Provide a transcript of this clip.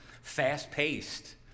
fast-paced